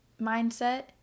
mindset